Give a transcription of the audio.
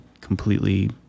completely